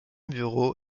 bureau